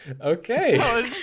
Okay